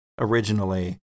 originally